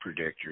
predictors